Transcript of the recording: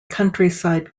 countryside